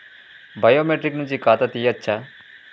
Biometric నుంచి ఖాతా తీయచ్చా?